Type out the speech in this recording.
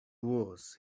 wars